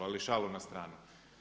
Ali šalu na stranu.